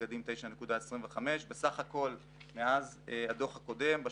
לנגדים 9.25%. בסך הכול מאז הדוח הקודם,